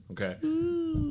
Okay